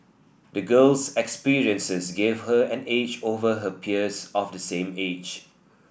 the girl's experiences gave her an edge over her peers of the same age